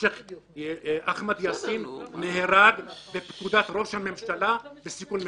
אחמד יאסין נהרג בפקודת ראש הממשלה בסיכול ממוקד.